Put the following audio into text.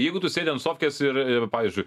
jeigu tu sėdi an sofkės ir ir pavyzdžiui